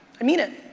i mean it,